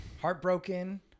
heartbroken